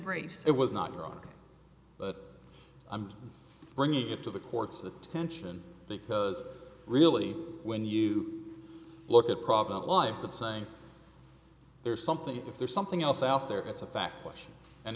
breaks it was not your own but i'm bringing it to the court's attention because really when you look at problem of life of saying there's something if there's something else out there it's a fact question and